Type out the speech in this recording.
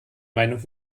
meinung